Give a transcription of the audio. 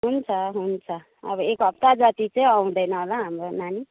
हुन्छ हुन्छ अब एक हप्ता जति चाहिँ आउँदैन होला हाम्रो नानी